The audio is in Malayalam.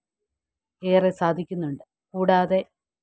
ഏറെ സാധിക്കുന്നുണ്ട് കൂടാതെ